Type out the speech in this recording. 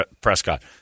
Prescott